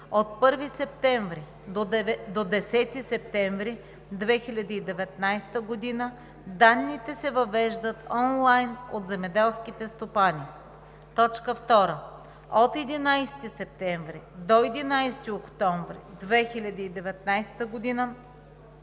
от 1 септември до 10 септември 2019 г. данните се въвеждат онлайн от земеделските стопани; 2. от 11 септември до 11 октомври 2019 г.